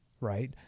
right